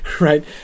Right